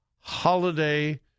holiday